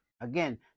again